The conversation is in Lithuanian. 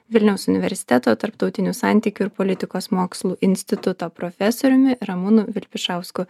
vilniaus universiteto tarptautinių santykių ir politikos mokslų instituto profesoriumi ramūnu vilpišausku